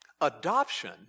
Adoption